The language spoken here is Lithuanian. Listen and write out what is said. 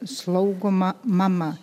slaugoma mama